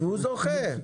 והוא זוכה.